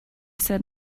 said